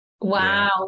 Wow